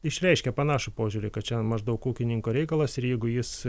išreiškia panašų požiūrį kad čia maždaug ūkininko reikalas ir jeigu jis